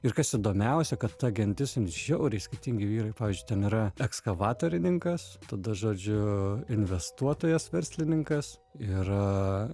ir kas įdomiausia kad ta gentis žiauriai skirtingi vyrai pavyzdžiui ten yra ekskavatorininkas tada žodžiu investuotojas verslininkas ir